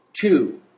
Two